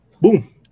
boom